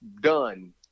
done